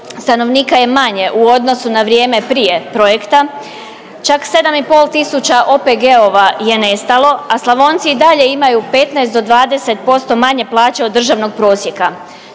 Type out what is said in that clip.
stanovnika je manje u odnosu na vrijeme prije projekta. Čak 7,5 tisuća OPG-ova je nestalo, a Slavonci i dalje imaju 15 do 20% manje plaće od državnog prosjeka.